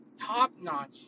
top-notch